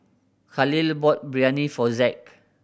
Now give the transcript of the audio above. Khalil bought Biryani for Zack